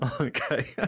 Okay